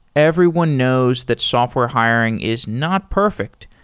everyone knows that software hiring is not perfect,